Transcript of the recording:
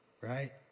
right